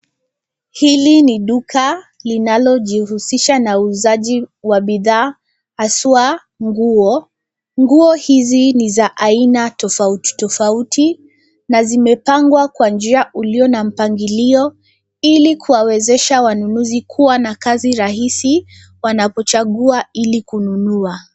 Hili ni duka linalojihusisha na uuzaji wa bidhaa haswa nguo. Nguo hizi ni za aina tofauti tofauti na zimepangwa kwa njia ulio na mpangilio ili kuwawezesha wanunuzi kuwa na kazi rahisi wanapochagua ili kununua.